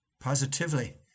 Positively